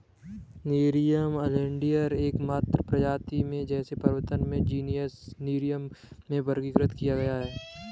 nerium oleander एकमात्र प्रजाति है जिसे वर्तमान में जीनस नेरियम में वर्गीकृत किया गया है